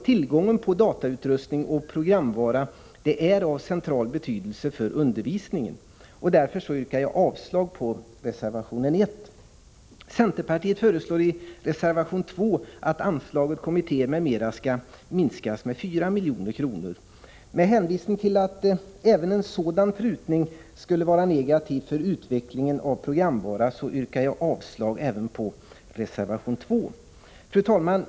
Tillgången på datautrustning och programvara är av central betydelse för undervisningen, och därför yrkar jag avslag på reservation 1. Centerpartiet föreslår i reservation 2 att anslaget Kommittéer m.m. skall minskas med 4 milj.kr. Med hänvisning till att även en sådan prutning skulle vara negativ för utvecklingen av programvara yrkar jag avslag även på reservation 2. Fru talman!